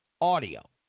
audio